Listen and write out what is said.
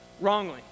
wrongly